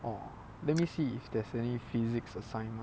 oh let me see if there's any physics assignment